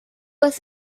with